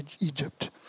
Egypt